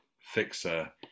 fixer